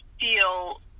feel